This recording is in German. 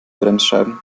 bremsscheiben